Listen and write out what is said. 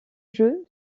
jeu